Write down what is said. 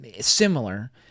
similar